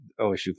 osu